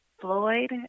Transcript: Floyd